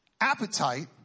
Appetite